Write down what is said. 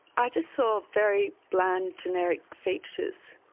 i just saw very bland, generic features,